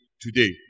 today